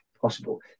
possible